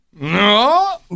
No